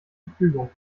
verfügung